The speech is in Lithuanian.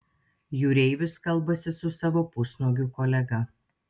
jūreivis kalbasi su savo pusnuogiu kolega